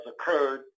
occurred